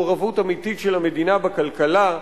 מעורבות אמיתית של המדינה בכלכלה,